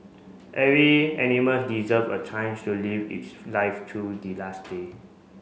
every animal deserve a chance to live its life till the last day